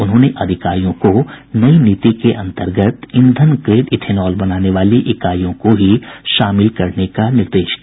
उन्होंने अधिकारियों को नई नीति के अन्तर्गत ईंधन ग्रेड इथेनॉल बनाने वाली इकाईयों को ही शामिल करने का निर्देश दिया